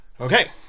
Okay